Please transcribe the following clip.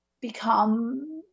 become